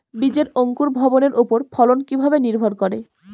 বীজের অঙ্কুর ভবনের ওপর ফলন কিভাবে নির্ভর করে?